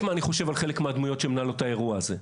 אני חושב על חלק מהדמויות שמנהלות את האירוע הזה.